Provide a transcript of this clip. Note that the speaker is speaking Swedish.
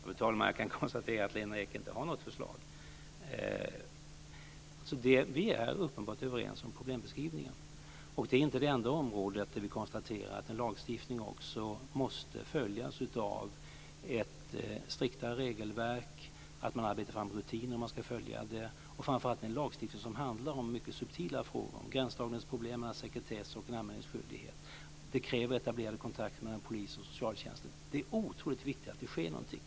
Fru talman! Jag kan konstatera att Lena Ek inte har något förslag. Vi är uppenbart överens om problembeskrivningen. Och det är inte det enda området där vi konstaterar att en lagstiftning också måste följas av ett striktare regelverk, att man arbetar fram rutiner för att följa det och framför allt en lagstiftning som handlar om mycket subtila frågor, om gränsdragningsproblem mellan sekretess och en anmälningsskyldighet. Det kräver etablerade kontakter mellan polisen och socialtjänsten. Det är otroligt viktigt att det sker någonting.